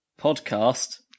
podcast